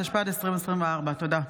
התשפ"ד 2024. תודה.